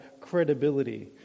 credibility